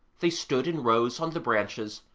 they stood in rows on the branches,